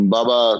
Baba